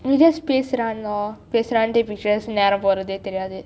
we just பேசுறான்:pesuran lor பேசுறான்:pesuran pictures நேரம் போகிறதை தெரியாது:neram pokirathai theriyathu